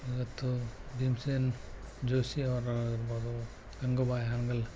ಇವತ್ತು ಭೀಮಸೇನ್ ಜೋಶಿಯವರು ಆಗಿರ್ಬೋದು ಗಂಗೂಬಾಯಿ ಹಾನಗಲ್